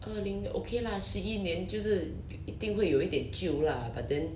二零 okay lah 十一年就是一定会有一点 lah but then